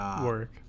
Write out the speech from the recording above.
work